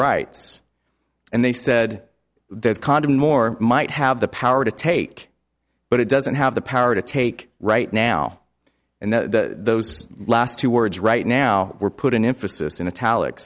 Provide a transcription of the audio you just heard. rights and they said the condom more might have the power to take but it doesn't have the power to take right now and the last two words right now were put an emphasis in the tal